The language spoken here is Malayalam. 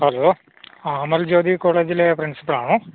ഹലോ അ അമൽജ്യോതി കോളേജിലെ പ്രിൻസിപ്പളാണോ